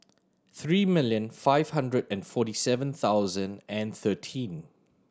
three million five hundred and forty seven thousand and thirteen